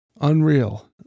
Unreal